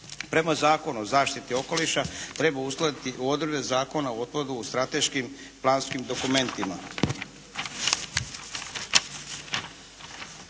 Prema Zakonu o zaštiti okoliša treba uskladiti odredbe Zakona o otpadu u strateškim planskim dokumentima.